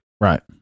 Right